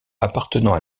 appartenant